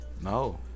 no